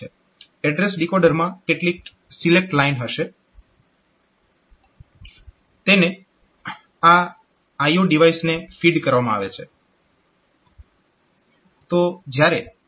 address decoder માં કેટલીક select line હશે તેને આ IO ડિવાઇસને ફીડ કરવામાં આવે છે